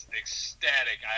ecstatic